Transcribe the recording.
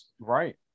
Right